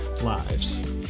Lives